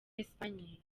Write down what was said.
espanye